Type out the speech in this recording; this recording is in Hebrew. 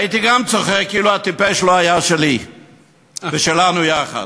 הייתי גם צוחק אילו הטיפש לא היה שלי ושלנו יחד.